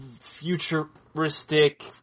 futuristic